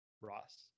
ross